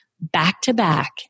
back-to-back